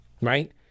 Right